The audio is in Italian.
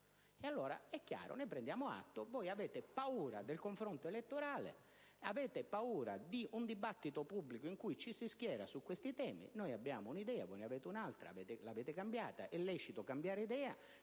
Allora è chiaro, ne prendiamo atto: voi avete paura del confronto elettorale, avete paura di un dibattito pubblico in cui ci si schieri su questi temi. Noi abbiamo un'idea, voi ne avete un'altra, l'avete cambiata. È lecito cambiare idea;